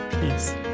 peace